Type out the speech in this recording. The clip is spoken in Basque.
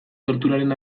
torturaren